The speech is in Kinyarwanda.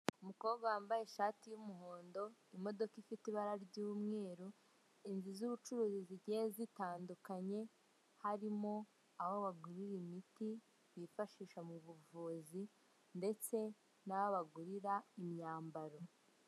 Umukobwa wambaye ishati y'umuhondo, imodoka ifite ibara ry'umweru, inzu z'ubucuruzi zigiye zitandukanye. Harimo aho bagurira imiti bifashisha mu buvuzi ndetse n'aho bagurira imyambaro.